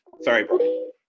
Sorry